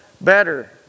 Better